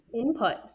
input